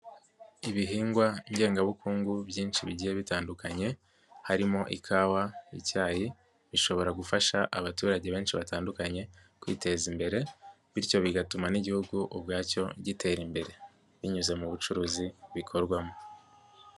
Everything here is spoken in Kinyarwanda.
Ibihingwa ngengabukungu byinshi bigiye bitandukanye, harimo ikawa, icyayi, bishobora gufasha abaturage benshi batandukanye, kwiteza imbere ,bityo bigatuma n'igihugu ubwacyo gitera imbere. Binyuze mu bucuruzi bikorwamo.